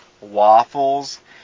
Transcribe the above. waffles